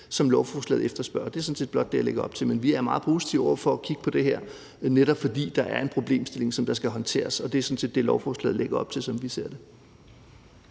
som lovforslaget efterspørger. Det er sådan set blot det, jeg lægger op til. Men vi er meget positive over for at kigge på det her, netop fordi der er en problemstilling, som skal håndteres, og det er sådan set det, lovforslaget lægger op til, som vi ser det.